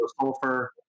sulfur